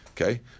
Okay